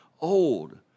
old